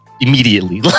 immediately